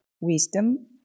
wisdom